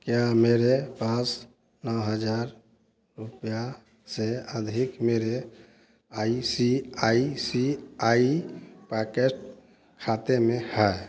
क्या मेरे पास नौ हज़ार रुपया से अधिक मेरे I C I C I pockets खाते में हैं